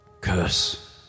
Curse